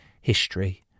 history